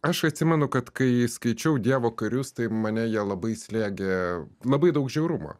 aš atsimenu kad kai skaičiau dievo karius tai mane jie labai slėgė labai daug žiaurumo